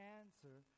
answer